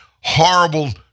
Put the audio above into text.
horrible